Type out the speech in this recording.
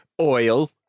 Oil